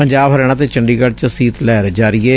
ਪੰਜਾਬ ਹਰਿਆਣਾ ਅਤੇ ਚੰਡੀਗੜ੍ਹ ਚ ਸੀਤ ਲਹਿਰ ਜਾਰੀ ਏ